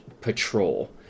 patrol